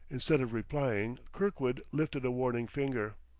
instead of replying, kirkwood lifted a warning finger.